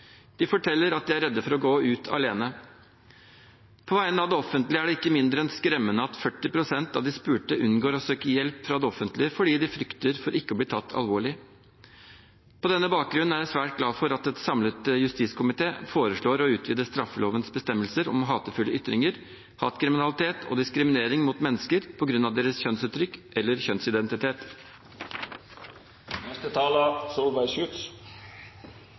De forteller at de er redde for å gå ut alene. Det er ikke mindre enn skremmende at 40 pst. av de spurte unngår å søke hjelp fra det offentlige fordi de frykter for ikke å bli tatt alvorlig. På denne bakgrunnen er jeg svært glad for at en samlet justiskomité foreslår å utvide straffelovens bestemmelser om hatefulle ytringer, hatkriminalitet og diskriminering mot mennesker på grunn av deres kjønnsuttrykk eller